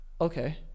Okay